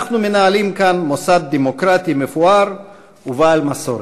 אנחנו מנהלים כאן מוסד דמוקרטי מפואר ובעל מסורת.